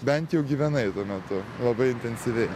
bent jau gyvenai tuo metu labai intensyviai